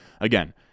again